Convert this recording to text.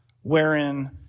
wherein